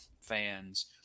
fans